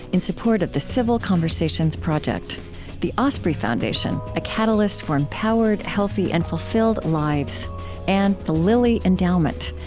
in support of the civil conversations project the osprey foundation a catalyst for empowered, healthy, and fulfilled lives and the lilly endowment,